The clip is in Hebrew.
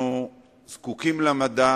אנחנו זקוקים למדע